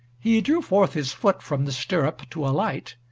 he drew forth his foot from the stirrup to alight,